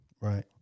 right